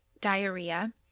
diarrhea